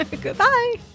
Goodbye